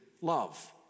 love